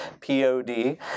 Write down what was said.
P-O-D